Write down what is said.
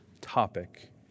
topic